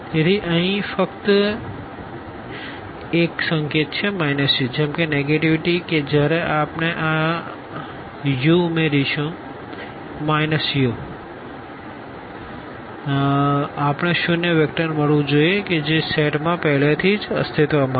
તેથી આ અહીં ફક્ત એક સંકેત છે u જેમ કે નેગેટીવ કે જ્યારે આપણે આ અને u ઉમેરીશું u આપણે શૂન્ય વેક્ટર મેળવવું જોઈએ જે સેટમાં પહેલેથી જ અસ્તિત્વમાં છે